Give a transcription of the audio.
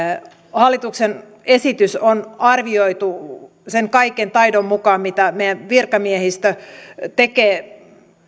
hallituksen esitys on arvioitu sen kaiken taidon mukaan mitä meidän virkamiehistömme tekee